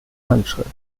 handschrift